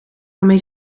waarmee